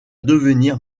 devenir